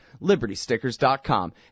LibertyStickers.com